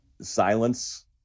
silence